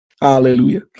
Hallelujah